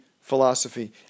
philosophy